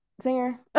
singer